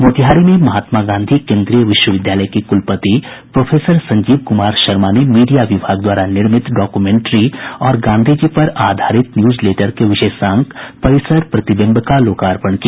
मोतिहारी में महात्मा गांधी केन्द्रीय विश्वविद्यालय के कुलपति प्रोफसर संजीव कुमार शर्मा ने मीडिया विभाग द्वारा निर्मित डॉक्यूमेंट्री और गांधीजी पर आधारित न्यूज लेटर के विशेषांक परिसर प्रतिबिंब का लोकार्पण किया